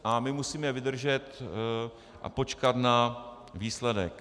A my musíme vydržet a počkat na výsledek.